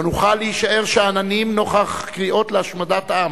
לא נוכל להישאר שאננים נוכח קריאות להשמדת עם,